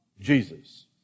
Jesus